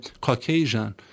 Caucasian